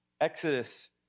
Exodus